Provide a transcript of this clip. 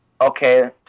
okay